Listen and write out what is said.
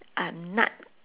a nut